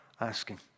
asking